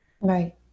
Right